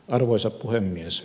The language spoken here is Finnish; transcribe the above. arvoisa puhemies